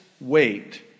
wait